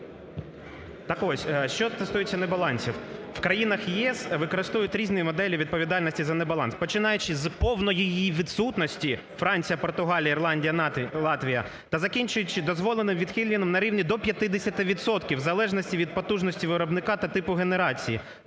Так ось, що стосується небалансів. В країнах ЄС використовують різні моделі відповідальності за небаланс, починаючи з повної її відсутності (Франція, Португалія, Ірландія, Латвія), та, закінчуючи дозволеним відхиленням на рівні до 50 відсотків в залежності від потужності виробника та типу генерації